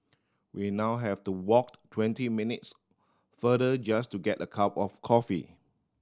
we now have to walk twenty minutes farther just to get a cup of coffee